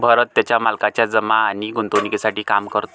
भरत त्याच्या मालकाच्या जमा आणि गुंतवणूकीसाठी काम करतो